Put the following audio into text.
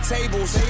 Tables